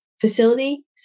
facility